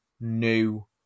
new